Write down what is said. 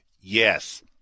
Yes